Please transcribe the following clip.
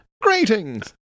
greetings